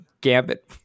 gambit